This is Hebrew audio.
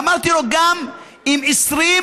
אמרתי לו: גם אם 20%,